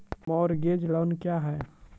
Mortgage loan क्या है?